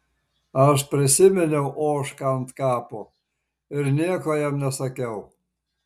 aš prisiminiau ožką ant kapo ir nieko jam nesakiau